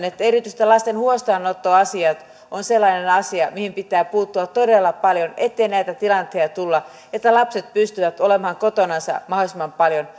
että erityisesti lasten huostaanottoasiat on sellainen asia mihin pitää puuttua todella paljon ettei näitä tilanteita tule ja että lapset pystyvät olemaan kotonansa mahdollisimman paljon